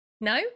No